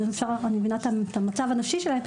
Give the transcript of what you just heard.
ואני מבינה את המצב הנפשי שלהן,